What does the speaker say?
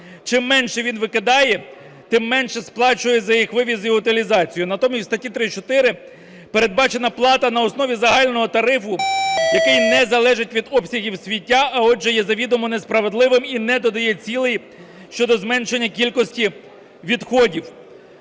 чим менше він викидає, тим менше сплачує за їх вивіз і утилізацію. Натомість у статті 34 передбачена плата на основі загального тарифу, який не залежить від обсягів сміття, а отже є завідомо несправедливим і не додає цілей щодо зменшення кількості відходів.